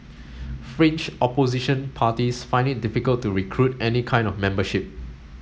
Fringe Opposition parties find it difficult to recruit any kind of membership